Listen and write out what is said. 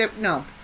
No